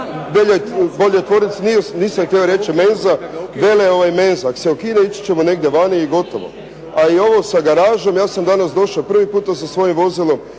boljoj tvornici. Nisam htio reći menza. Vele menza. Ako se ukine ići ćemo negdje van. A i ovo sa garažom. Ja sam danas došao prvi puta sa svojim vozilom.